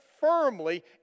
firmly